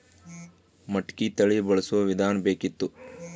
ಮಟಕಿ ತಳಿ ಬಳಸುವ ವಿಧಾನ ಬೇಕಿತ್ತು?